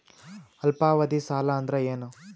ಅಲ್ಪಾವಧಿ ಸಾಲ ಅಂದ್ರ ಏನು?